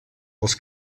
els